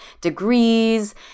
degrees